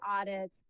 audits